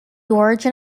origin